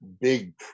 big